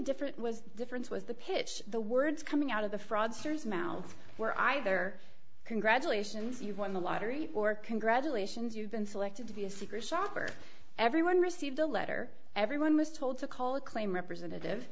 different was difference was the pitch the words coming out of the fraudsters mouth were either congratulations you've won the lottery or congratulations you've been selected to be a secret shopper everyone received the letter everyone was told to call a claim representative